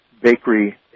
bakery